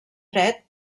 fred